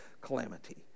calamity